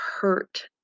hurt